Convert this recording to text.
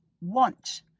want